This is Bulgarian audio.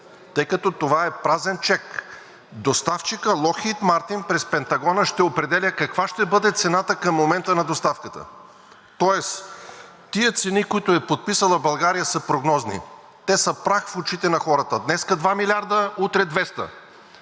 тъй като това е празен чек. Доставчикът „Логхийд Мартин“ през Пентагона ще определя каква ще бъде цената към момента на доставката, тоест тези цени, които е подписала България, са прогнозни, те са прах в очите на хората – днес 2 милиарда, утре 200.